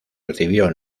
recibió